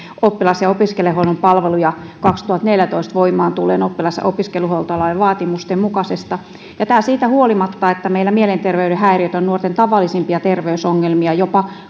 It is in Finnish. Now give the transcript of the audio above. oppilas ja opiskelijahuollon palveluja kaksituhattaneljätoista voimaan tulleen oppilas ja opiskeluhuoltolain vaatimusten mukaisesti ja tämä siitä huolimatta että meillä mielenterveyden häiriöt ovat nuorten tavallisimpia terveysongelmia jopa